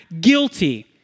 guilty